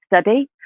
study